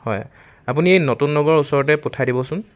হয় আপুনি নতুন নগৰ ওচৰতে পঠাই দিবচোন